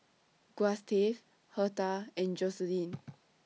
Gustave Hertha and Joseline